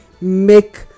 make